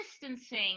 distancing